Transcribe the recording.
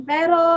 Pero